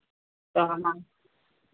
तो हमारे